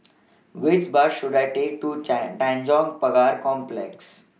Which Bus should I Take to Tanjong Pagar Complex